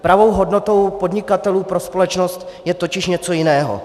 Pravou hodnotou podnikatelů pro společnost je totiž něco jiného.